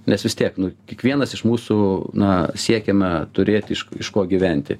nes vis tiek nu kiekvienas iš mūsų na siekiame turėti iš iš ko gyventi